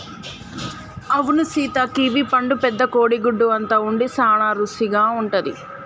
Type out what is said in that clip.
అవును సీత కివీ పండు పెద్ద కోడి గుడ్డు అంత ఉండి సాన రుసిగా ఉంటది